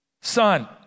son